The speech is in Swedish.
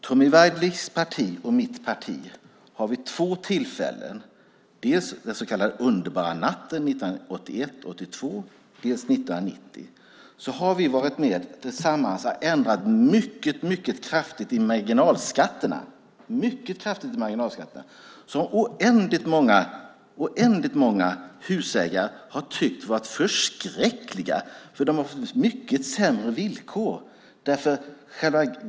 Tommy Waidelichs parti och mitt parti har vid två tillfällen - dels den så kallade underbara natten 1981-1982 dels 1990 - tillsammans varit med och ändrat mycket kraftigt i marginalskatterna, något som oändligt många husägare har tyckt varit förskräckligt eftersom de har fått betydligt sämre villkor.